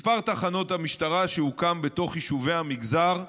מספר תחנות המשטרה שהוקמו בתוך יישובי המגזר זעום,